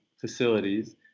facilities